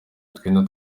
utwenda